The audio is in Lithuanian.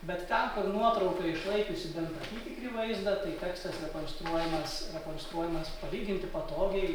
bet ten kur nuotrauka išlaikiusi bent apytikrį vaizdą tai tekstas rekonstruojamas rekonstruojamas palyginti patogiai